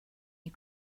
you